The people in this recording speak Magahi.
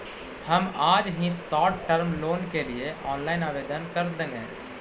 हम आज ही शॉर्ट टर्म लोन के लिए ऑनलाइन आवेदन कर देंगे